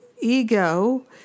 ego